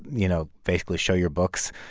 you know, basically show your books,